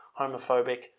homophobic